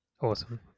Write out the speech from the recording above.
Awesome